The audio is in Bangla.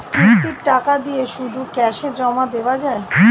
কিস্তির টাকা দিয়ে শুধু ক্যাসে জমা দেওয়া যায়?